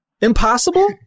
Impossible